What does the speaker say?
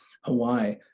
Hawaii